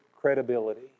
credibility